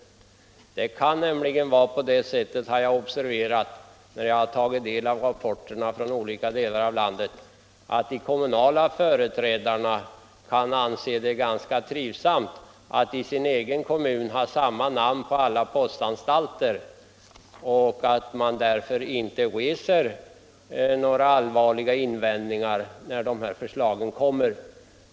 Jag har nämligen observerat, när jag har tagit del av rapporterna från olika delar av landet, att de kommunala företrädarna kan anse det ganska trivsamt ait i sin egen kommun ha samma namn på alla postanstalter och därför inte reser några allvarliga invändningar när förslagen kommer.